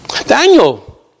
Daniel